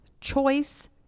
Choice